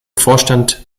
vorstand